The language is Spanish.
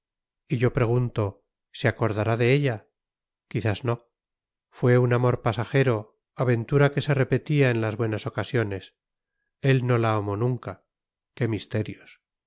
y yo pregunto se acordará de ella quizás no fue un amor pasajero aventura que se repetía en las buenas ocasiones él no la amó nunca qué misterios